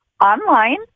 online